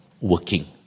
working